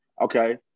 okay